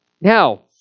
Now